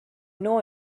know